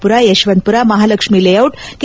Pura Yeshwanthpur Mahalakshmi layout K